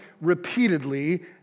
repeatedly